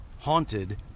haunted